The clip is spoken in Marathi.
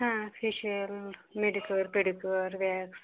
हा फेशीयल मेनिक्युअर पेडिक्युअर वॅक्स